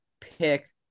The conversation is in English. pick